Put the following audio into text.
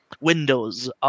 windows